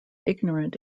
ignorant